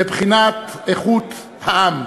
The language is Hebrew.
מבחינת איכות העם,